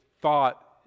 thought